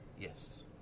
yes